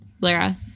Lara